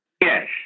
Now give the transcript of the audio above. Yes